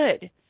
good